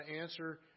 answer